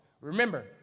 Remember